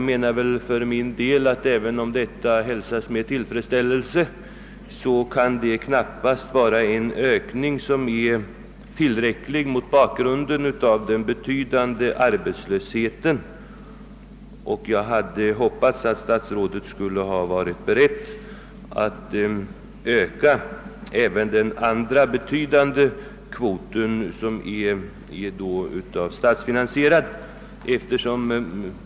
även om jag hälsar detta med tillfredsställelse är ökningen knappast tillräcklig med hänsyn till den rådande arbetslösheten. Jag hade hoppats att statsrådet skulle ha varit beredd att öka även den betydande statsfinansierade kvoten.